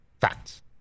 facts